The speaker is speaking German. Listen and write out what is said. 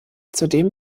zudem